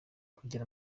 kugira